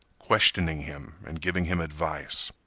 questioning him and giving him advice.